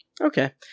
Okay